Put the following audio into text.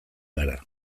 gara